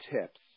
tips